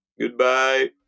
goodbye